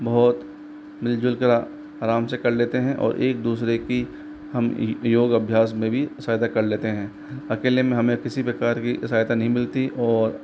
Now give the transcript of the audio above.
बहुत मिल जुल कर आराम से कर लेते हैं और एक दूसरे की हम योग अभ्यास मे भी सहायता कर लेते हैं अकेले में हमें किसी प्रकार की सहायता नही मिलती और